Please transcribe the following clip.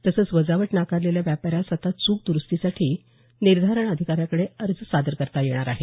तसंच वजावट नाकारलेल्या व्यापाऱ्यास आता च्रक द्रुस्तीसाठी निर्धारण अधिकाऱ्याकडे अर्ज सादर करता येणार आहे